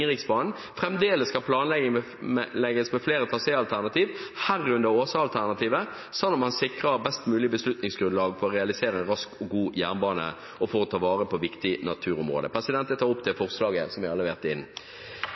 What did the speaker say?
Ringeriksbanen fremdeles skal planlegges med flere traséalternativer, herunder Åsa-alternativet, sånn at man sikrer et best mulig beslutningsgrunnlag for å realisere en rask og god jernbane og for å ta vare på viktige naturområder. Jeg tar opp det forslaget jeg har levert inn.